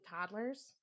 toddlers